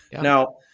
Now